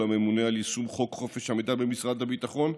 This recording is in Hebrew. הממונה על יישום חוק חופש המידע במשרד הביטחון,